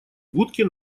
будке